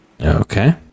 Okay